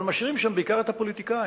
אבל משאירים שם בעיקר את הפוליטיקאים.